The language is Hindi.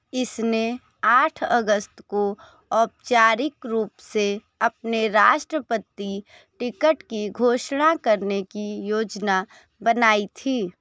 इसने आठ अगस्त को औपचारिक रूप से अपने राष्ट्रपति टिकट की घोषणा करने की योजना बनाई थी